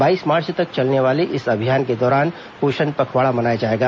बाईस मार्च तक चलने वाले इस अभियान के दौरान पोषण पखवाड़ा मनाया जाएगा